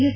S